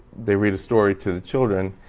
they read a story to the children,